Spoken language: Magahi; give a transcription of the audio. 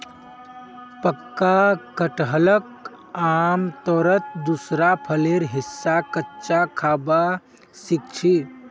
पक्का कटहलक आमतौरत दूसरा फलेर हिस्सा कच्चा खबा सख छि